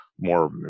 More